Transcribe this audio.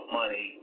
money